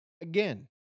again